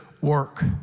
work